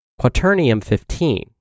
Quaternium-15